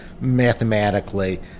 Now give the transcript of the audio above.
Mathematically